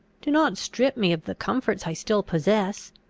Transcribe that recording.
do not strip me of the comforts i still possess!